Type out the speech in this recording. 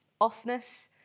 offness